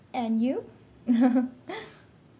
and you